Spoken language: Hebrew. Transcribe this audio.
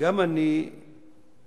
גם אני פונה